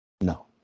No